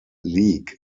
league